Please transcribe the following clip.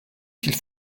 qu’il